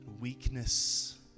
weakness